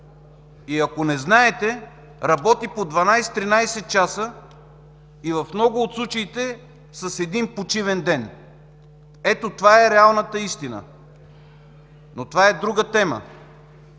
И ако не знаете, работи по 12-13 часа и в много от случаите с един почивен ден. Ето това е реалната истина. Но това е друга тема.